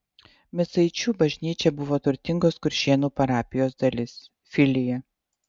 micaičių bažnyčia buvo turtingos kuršėnų parapijos dalis filija